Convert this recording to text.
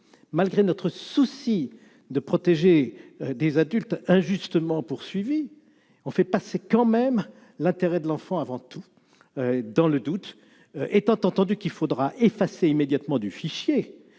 malgré notre souci de protéger des adultes injustement poursuivi, on fait passer quand même l'intérêt de l'enfant, avant tout, dans le doute, étant entendu qu'il faudra effacer immédiatement du fichier